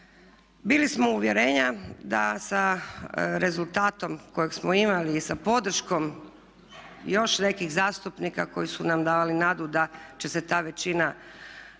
Bili smo uvjerenja da sa rezultatom kojeg smo imali i sa podrškom još nekih zastupnika koji su nam davali nadu da će se ta većina realizirati